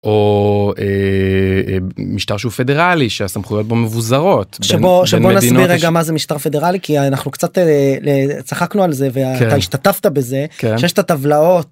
או משטר שהוא פדרלי שהסמכויות בו מבוזרות שבוא שבוא נסביר מה זה משטר פדרלי כי אנחנו קצת צחקנו על זה ואתה השתתפת בזה שיש את הטבלאות